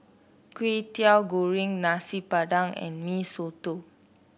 Kwetiau Goreng Nasi Padang and Mee Soto